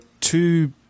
two